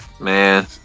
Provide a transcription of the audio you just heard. man